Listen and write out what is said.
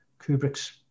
kubrick's